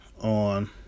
On